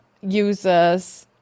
users